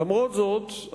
למרות זאת,